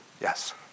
Yes